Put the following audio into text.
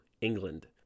England